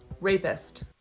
Rapist